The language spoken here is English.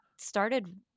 started